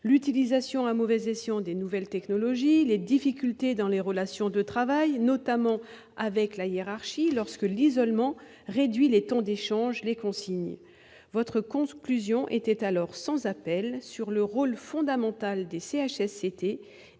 l'utilisation à mauvais escient des nouvelles technologies ; les difficultés dans les relations de travail, notamment avec le supérieur hiérarchique, lorsque l'isolement réduit les temps d'échange aux seules consignes. Votre conclusion était alors sans appel sur le rôle fondamental des CHSCT